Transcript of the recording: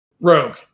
Rogue